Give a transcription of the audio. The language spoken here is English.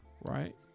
Right